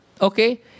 okay